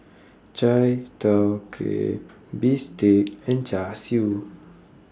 Chai Tow Kway Bistake and Char Siu